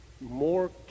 more